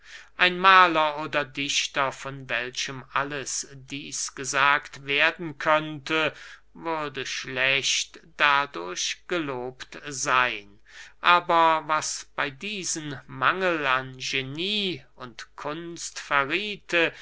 ein mahler oder dichter von welchem alles dieß gesagt werden könnte würde schlecht dadurch gelobt seyn aber was bey diesen mangel an genie und kunst